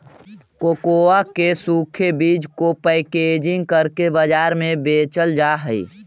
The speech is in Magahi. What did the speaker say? कोकोआ के सूखे बीज को पैकेजिंग करके बाजार में बेचल जा हई